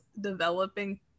developing